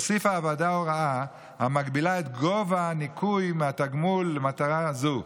הוסיפה הוועדה הוראה המגבילה את גובה הניכוי מהתגמול למטרה זו,